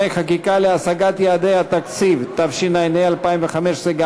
חקיקה להשגת יעדי התקציב לשנות התקציב 2015 ו-2016),